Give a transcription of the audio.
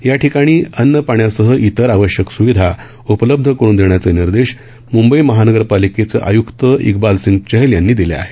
या ठिकाणी अन्न पाण्यासह इतर आवश्यक स्विधा उपलब्ध करून देण्याचे निर्देश मुंबई महानगरपालिकेचे आयुक्त इकबल सिंग चहल यांनी दिले आहेत